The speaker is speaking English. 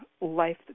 life